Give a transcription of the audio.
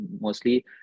mostly